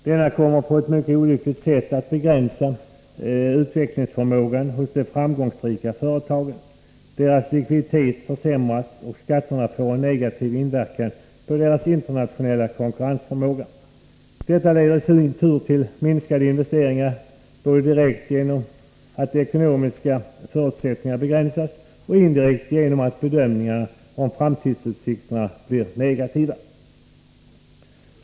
Denna skatt kommer att på ett mycket olyckligt sätt begränsa utvecklingsförmågan hos de framgångsrika företagen. Deras likviditet försämras och skatterna får en negativ inverkan på deras internationella konkurrensförmåga. Detta leder i sin tur till minskade investeringar både direkt genom att de ekonomiska förutsättningarna begränsas och indirekt genom att bedömningarna om framtidsutvecklingen blir negativa.